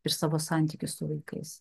ir savo santykius su vaikais